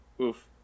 oof